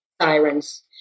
sirens